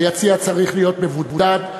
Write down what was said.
היציע צריך להיות מבודד,